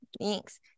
Thanks